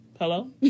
hello